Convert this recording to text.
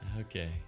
Okay